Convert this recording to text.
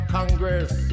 Congress